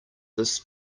this